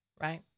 right